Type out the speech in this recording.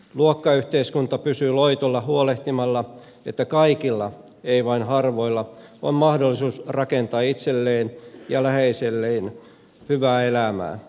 luokkayhteiskunta pysyy loitolla huolehtimalla että kaikilla ei vain harvoilla on mahdollisuus rakentaa itselleen ja läheisilleen hyvää elämää